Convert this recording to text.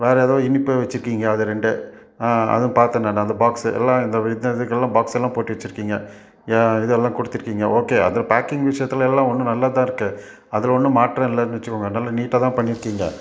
வேறு ஏதோ இனிப்பு வச்சுருக்கீங்க அது ரெண்டு ஆ அதுவும் பார்த்தேன் நான் அந்த பாக்ஸு எல்லாம் இந்த இந்த இதுக்கெல்லாம் பாக்ஸெல்லாம் போட்டு வச்சுருக்கீங்க ஏன் இதெல்லாம் கொடுத்துருக்கீங்க ஓகே அது பேக்கிங் விஷயத்துல எல்லாம் ஒன்றும் நல்லாத்தான் இருக்குது அதில் ஒன்றும் மாற்றம் இல்லைன்னு வச்சுக்கோங்க நல்ல நீட்டாகதான் பண்ணியிருக்கீங்க